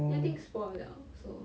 eh I think spoil liao so